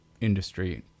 industry